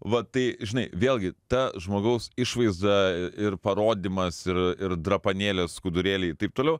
va tai žinai vėlgi ta žmogaus išvaizda ir parodymas ir ir drapanėlės skudurėliai taip toliau